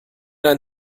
ein